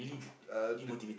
uh uh the